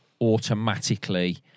automatically